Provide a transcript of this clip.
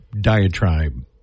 diatribe